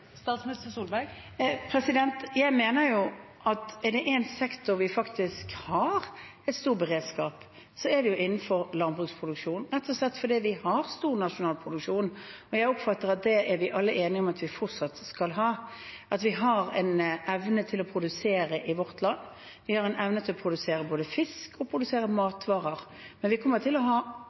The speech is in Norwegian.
Jeg mener at er det én sektor der vi faktisk har en stor beredskap, så er det innenfor landbruksproduksjonen, rett og slett fordi vi har stor nasjonal produksjon, og jeg oppfatter at det er vi alle enige om at vi fortsatt skal ha. Vi har en evne til å produsere i vårt land. Vi har en evne til å produsere både fisk og matvarer, men vi kommer til å ha